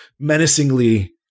Menacingly